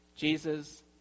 Jesus